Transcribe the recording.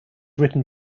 written